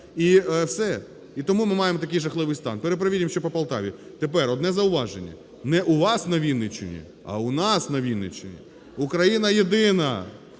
І тому ми маємо такий жахливий стан. Перепровіримо, що по Полтаві. Тепер, одне зауваження. Не "у вас на Вінниччині", а у нас на Вінниччині. Україна єдина.